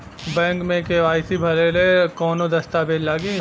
Bank मे KYC भरेला कवन दस्ता वेज लागी?